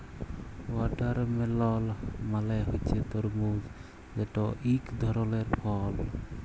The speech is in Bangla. ওয়াটারমেলল মালে হছে তরমুজ যেট ইক ধরলের ফল